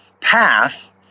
path